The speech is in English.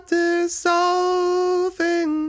dissolving